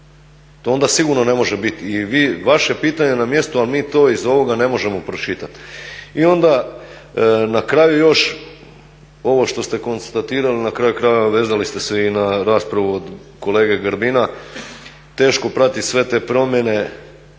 To onda sigurno ne može biti. I vaše pitanje je na mjestu ali mi to iz ovoga ne možemo pročitati. I onda na kraju još, ovo što ste konstatirali, na kraju krajeva, vezali ste se i na raspravu od kolege Grbina, teško je pratiti sve te promjene